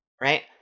right